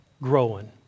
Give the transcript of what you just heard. growing